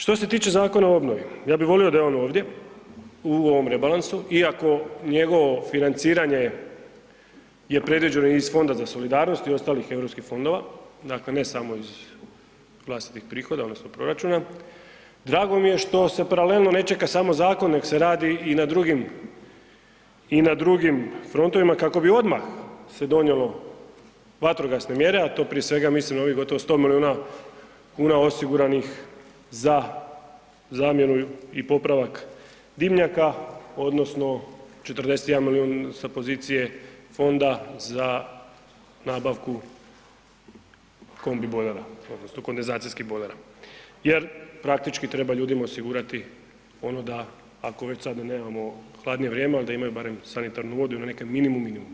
Što se tiče Zakona o obnovi, ja bi volio da je on ovdje u ovom rebalansu iako njegovo financiranje je predviđeno iz Fonda za solidarnost i ostalih europskih fondova, dakle ne samo iz vlastitih prihoda odnosno proračuna, drago mi je što se paralelno ne čeka samo zakone nego se radi i na drugim frontovima kako bi odmah se donijelo vatrogasne mjere a tu prije svega mislim na ovih gotovo 100 milijuna kuna osiguranih za zamjenu i popravak dimnjaka odnosno 41 milijun sa pozicije fonda za nabavku kondi bojlera odnosno kondenzacijskih bojlera jer praktički treba ljudima osigurati ono da ako već sada nemamo hladnije vrijeme ali da imaju barem sanitarnu vodu i neki minimum minimuma.